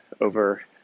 over